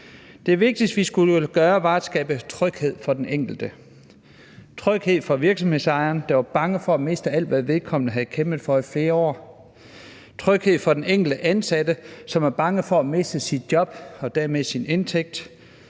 Det vigtigste, vi skulle gøre, var at skabe tryghed for den enkelte – tryghed for virksomhedsejeren, der var bange for at miste alt, hvad vedkommende havde kæmpet for i flere år; tryghed for den enkelte ansatte, som var bange for at miste sit job og dermed sin indtægt;